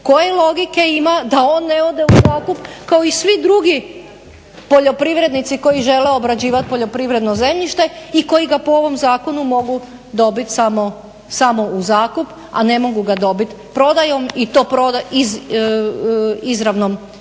Koje logike ima da on ne ode u zakup kao i svi drugi poljoprivrednici koji žele obrađivat poljoprivredno zemljište i koji ga po ovom zakonu mogu dobit samo u zakup, a ne mogu ga dobit prodajom i to izravnom